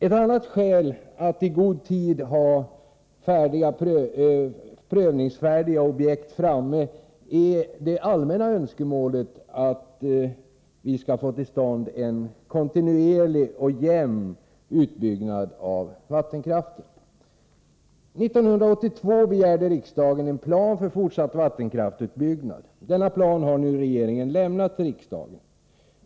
Ett annat skäl för att i god tid ha prövningsfärdiga objekt framme är det allmänna önskemålet att få till stånd en kontinuerlig och jämn utbyggnad av vattenkraften. År 1982 begärde riksdagen en plan för fortsatt vattenkraftsutbyggnad. Denna plan har nu regeringen lämnat till riksdagen.